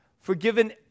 forgiven